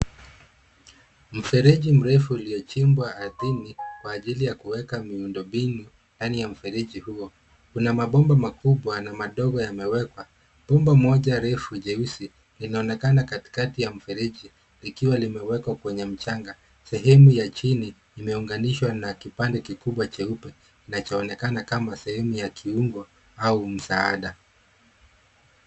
Mfereji mrefu uliochimbwa ardhini, kwa ajili ya kuweka miundo mbinu ndani ya mfereji huo. Kuna mabomba makubwa na madogo yamewekwa. Bomba Moja refu jeusi linaonekana katikati ya mfereji likiwa limwekwa kwenye mchanga. Sehemu ya chini imeunganishwa na kipande kikubwa cheupe kinachoonekana kama sehemu ya kiungo au msaada.